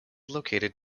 located